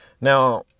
Now